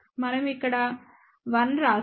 మనం ఇక్కడ 1 రాసాము